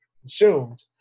consumed